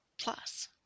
plus